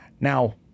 Now